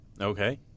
Okay